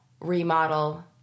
remodel